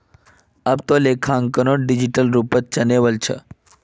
अब त लेखांकनो डिजिटल रूपत चनइ वल छ